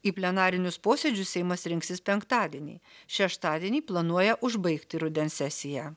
į plenarinius posėdžius seimas rinksis penktadienį šeštadienį planuoja užbaigti rudens sesiją